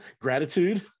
gratitude